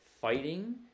fighting